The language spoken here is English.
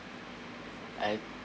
and